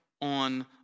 on